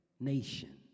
nation